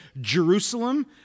Jerusalem